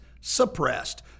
suppressed